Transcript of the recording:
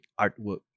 artwork